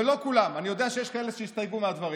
ולא כולם, אני יודע שיש כאלה שהסתייגו מהדברים.